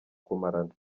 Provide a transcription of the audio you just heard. kumarana